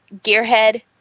gearhead